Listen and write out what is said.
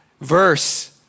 verse